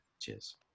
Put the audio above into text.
cheers